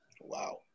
Wow